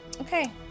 Okay